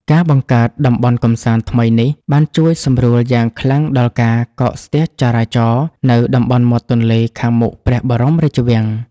ការបង្កើតតំបន់កម្សាន្តថ្មីនេះ បានជួយសម្រួលយ៉ាងខ្លាំងដល់ការកកស្ទះចរាចរណ៍នៅតំបន់មាត់ទន្លេខាងមុខព្រះបរមរាជវាំង។